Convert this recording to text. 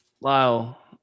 Lyle